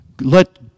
let